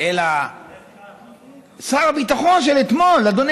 אלא שר הביטחון של אתמול, אדוני